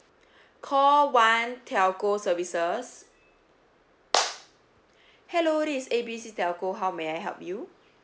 call one telco services hello this is A B C telco how may I help you